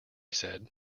said